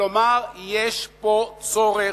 כלומר, יש פה צורך,